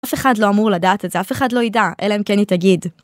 אף אחד לא אמור לדעת את זה, אף אחד לא ידע, אלא אם כן היא תגיד.